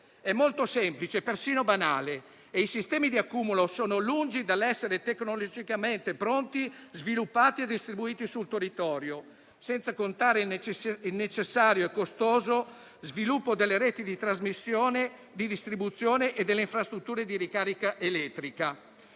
È molto semplice e persino banale. I sistemi di accumulo sono lungi dall'essere tecnologicamente pronti, sviluppati e distribuiti sul territorio. Inoltre, occorre considerare il necessario e costoso sviluppo delle reti di trasmissione, di distribuzione e delle infrastrutture di ricarica elettrica.